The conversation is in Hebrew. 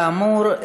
כאמור,